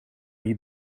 hier